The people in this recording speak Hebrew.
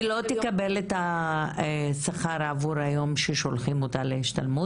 היא לא תקבל את השכר עבור היום הזה שבו שולחים אותה להשתלמות?